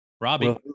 Robbie